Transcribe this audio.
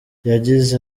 yagize